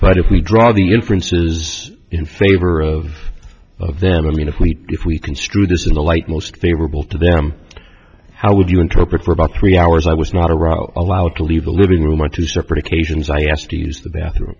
but if we draw the differences in favor of of them i mean if we if we construe this in the light most favorable to them how would you interpret for about three hours i was not a row allowed to leave the living room are two separate occasions i asked to use the bathroom